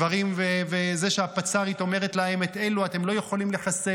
ואת זה שהפצ"רית אומרת להם: את אלו אתם לא יכולים לחסל,